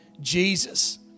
Jesus